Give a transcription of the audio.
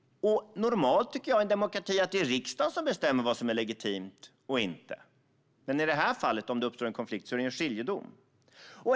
I en demokrati tycker jag att det ska vara riksdagen som bestämmer vad som är legitimt och inte, men i det här fallet, om det uppstår en konflikt, är det en skiljedomstol som gör det.